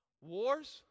wars